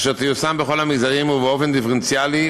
אשר תיושם בכל המגזרים ובאופן דיפרנציאלי,